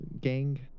Gang